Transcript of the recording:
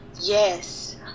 Yes